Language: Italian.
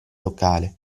locale